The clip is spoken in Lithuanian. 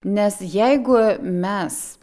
nes jeigu mes